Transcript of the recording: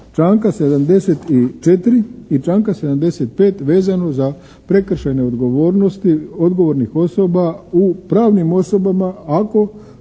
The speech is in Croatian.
članka 74. i članka 75. vezano za prekršajne odgovornosti odgovornih osoba u pravnim osobama ako